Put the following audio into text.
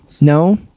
No